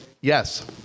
yes